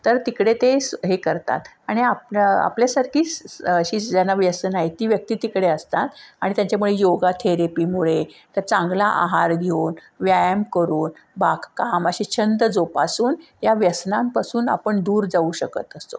तर तिकडे ते स् हे करतात आणि आप आपल्यासारखीच ज्यांना व्यसनं आहेत ती व्यक्ती तिकडे असतात आणि त्यांच्यामुळे योग थेरेपीमुळे त्या चांगला आहार घेऊन व्यायाम करून बागकाम असे छंद जोपासून या व्यसनांपासून आपण दूर जाऊ शकत असतो